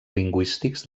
lingüístics